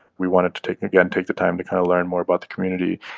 we wanted to take again, take the time to kind of learn more about the community.